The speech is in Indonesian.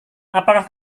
apakah